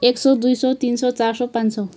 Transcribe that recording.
एक सौ दुई सौ तिन सौ चार सौ पाँच सौ